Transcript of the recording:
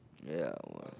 ya